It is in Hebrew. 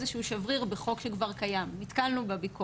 כמו זה שגם נתנו עליו את הדעת בדו"ח ארבל,